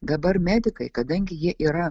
dabar medikai kadangi jie yra